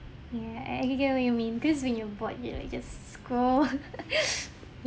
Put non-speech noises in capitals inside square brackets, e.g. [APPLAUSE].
ya I get get what you mean cause when you're bored you like just scroll [LAUGHS]